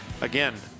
again